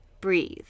breathe